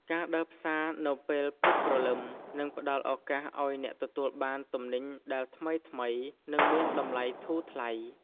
ការដើរផ្សារនៅពេលព្រឹកព្រលឹម នឹងផ្តល់ឱកាសឱ្យអ្នកទទួលបានទំនិញដែលថ្មីៗ និងមានតម្លៃធូរថ្លៃ។